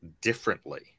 differently